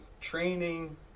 training